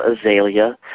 azalea